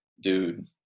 dude